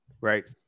Right